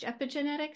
epigenetics